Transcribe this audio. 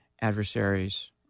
adversaries